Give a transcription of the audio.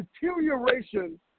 deterioration